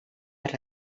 per